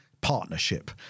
partnership